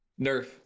Nerf